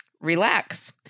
Relax